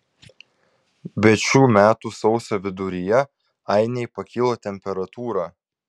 bet šių metų sausio viduryje ainei pakilo temperatūra